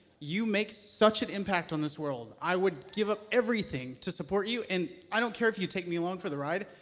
you make such an impact on this world. i would give up everything to support you and i don't care if you take me along for the ride,